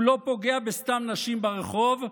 הוא לא פוגע בסתם נשים ברחוב,